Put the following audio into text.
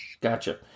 gotcha